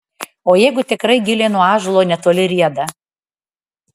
o jeigu tikrai gilė nuo ąžuolo netoli rieda